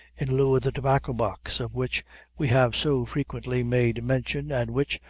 in lieu of the tobacco-box of which we have so frequently made mention, and which,